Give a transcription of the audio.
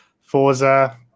Forza